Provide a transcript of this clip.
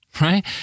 right